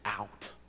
out